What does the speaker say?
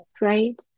right